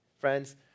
Friends